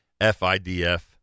FIDF